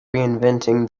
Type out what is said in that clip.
reinventing